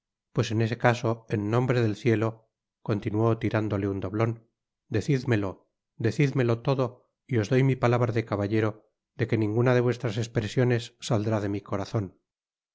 pues en ese caso en nombre del cielo continuó tirándole un doblon decidmelo decidmelo todo y os doy níi palabra de caballero de que ninguna de vuestras espresiones saldrá de mi corazon